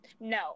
No